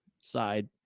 side